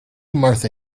martha